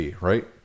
right